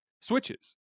switches